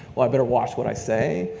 well i better watch what i say,